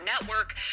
network